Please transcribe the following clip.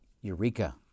Eureka